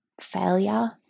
failure